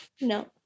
no